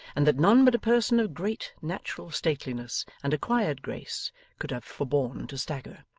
and that none but a person of great natural stateliness and acquired grace could have forborne to stagger.